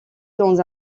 dans